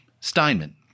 Steinman